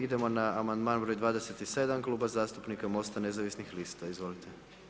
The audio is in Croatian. Idemo na amandman broj 27 Kluba zastupnika Mosta nezavisnih lista, izvolite.